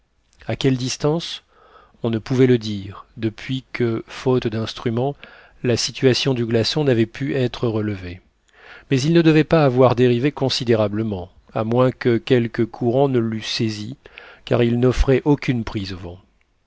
à quelle distance on ne pouvait le dire depuis que faute d'instruments la situation du glaçon n'avait pu être relevée mais il ne devait pas avoir dérivé considérablement à moins que quelque courant ne l'eût saisi car il n'offrait aucune prise au vent